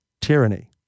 tyranny